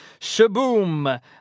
Shaboom